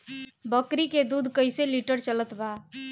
बकरी के दूध कइसे लिटर चलत बा?